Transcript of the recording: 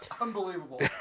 Unbelievable